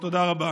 תודה רבה.